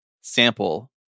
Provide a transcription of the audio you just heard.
sample